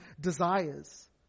desires